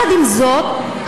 עם זאת,